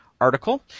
article